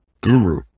guru